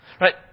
Right